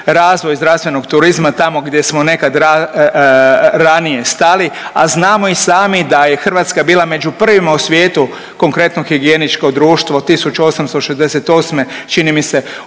razvoj zdravstvenog turizma tamo gdje smo nekad ranije stali a znamo i sami da je Hrvatska bila među prvima u svijetu konkretno Higijeničko društvo 1868. čini mi se u